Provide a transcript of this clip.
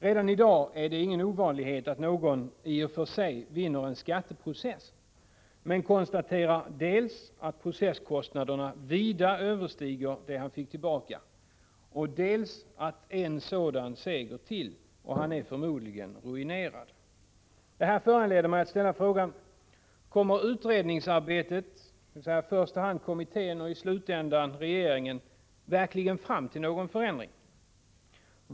Redan i dag är det i och för sig ingen ovanlighet att någon vinner en skatteprocess men tvingas konstatera dels att processkostnaderna vida överstiger det han fick tillbaka, dels att han med en sådan seger till förmodligen är ruinerad. Detta föranleder mig att fråga: Kommer utredningsarbetet — i första hand i kommittén och i slutändan i regeringen — verkligen att leda fram till någon förändring?